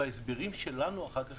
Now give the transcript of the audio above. וההסברים שלנו אחר כך,